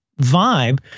vibe